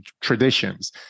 traditions